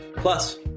Plus